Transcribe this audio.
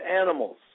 animals